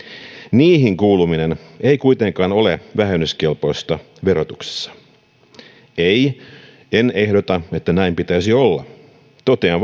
niihin kuuluminen ei kuitenkaan ole vähennyskelpoista verotuksessa ei en ehdota että näin pitäisi olla totean